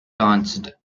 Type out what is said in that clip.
launched